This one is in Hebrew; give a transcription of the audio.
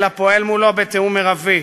אלא פועל מולו בתיאום מרבי.